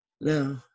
No